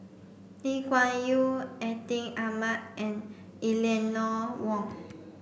Lee Kuan Yew Atin Amat and Eleanor Wong